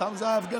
שם זה ההפגנה.